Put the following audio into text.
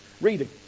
reading